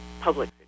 public